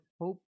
hope